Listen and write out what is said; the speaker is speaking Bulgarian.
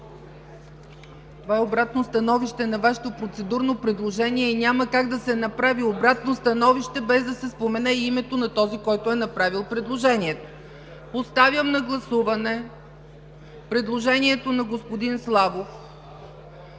Това е обратно становище на Вашето процедурно предложение и няма как да се направи обратно становище, без да се спомене името на този, който е направил предложението. Поставям на гласуване предложението на господин Славов,